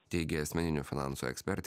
teigė asmeninių finansų ekspertė